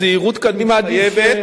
הזהירות כאן מתחייבת.